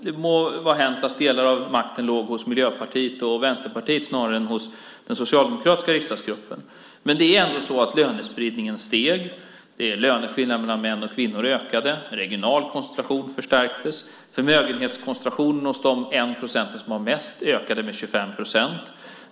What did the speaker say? Det må vara hänt att delar av makten låg hos Miljöpartiet och Vänsterpartiet snarare än hos den socialdemokratiska riksdagsgruppen. Men det är ändå så att lönespridningen steg, löneskillnaderna mellan män och kvinnor ökade, den regionala koncentrationen förstärktes och förmögenhetskoncentrationen hos den procent som har mest ökade med 25 procent.